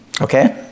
Okay